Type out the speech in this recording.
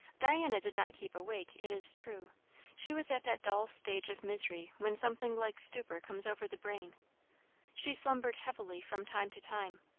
diana did not keep awake, it is true she was at that dull stage of misery when something like stupor comes over the brain she slumbered heavily from time to time.